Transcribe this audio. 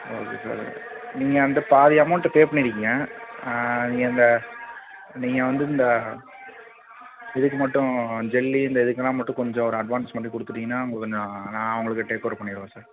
okay sir நீங்கள் அந்த பாதி அமௌண்ட்டை பே பண்ணிருக்கீங்கள் நீங்கள் அந்த நீங்கள் வந்து இந்த இதுக்கு மட்டும் ஜல்லி இந்த இதுக்குலாம் மட்டும் கொஞ்சம் ஒரு அட்வான்ஸ் மட்டும் கொடுத்துட்டீங்கன்னா அவங்க கொஞ்சம் நான் அவங்களுக்கு டேக் ஓவர் பண்ணிடுவேன் சார்